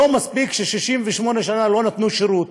לא מספיק ש-68 שנה לא נתנו שירות,